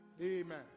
Amen